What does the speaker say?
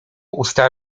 usta